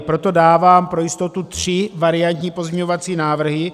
Proto dávám pro jistotu tři variantní pozměňovací návrhy.